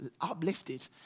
uplifted